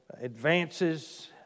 advances